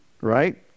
right